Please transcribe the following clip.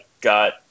Got